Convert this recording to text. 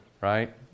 right